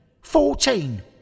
Fourteen